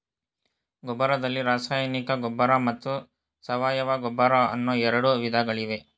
ಗೊಬ್ಬರದಲ್ಲಿ ರಾಸಾಯನಿಕ ಗೊಬ್ಬರ ಮತ್ತು ಸಾವಯವ ಗೊಬ್ಬರ ಅನ್ನೂ ಎರಡು ವಿಧಗಳಿವೆ